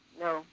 no